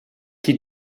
qui